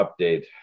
update